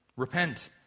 Repent